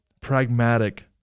pragmatic